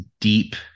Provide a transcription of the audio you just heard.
deep